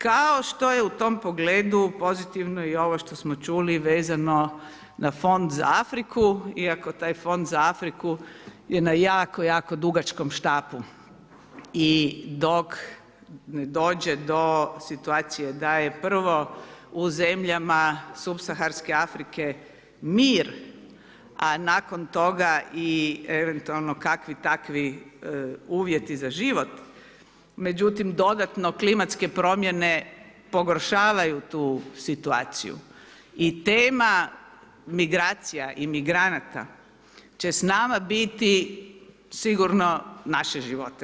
Kao što je u tom pogledu pozitivno i ovo što smo čuli vezano na fond za Afriku iako taj fond za Afriku je na jako, jako dugačkom štapu i dok ne dođe do situacije da je prvo u zemljama Subsaharske Afrike mir a nakon toga i eventualno kakvi takvi uvjeti za život, međutim dodatno klimatske promjene pogoršavaju tu situaciju i tema migracija i migranata će s nama biti sigurno našeg života.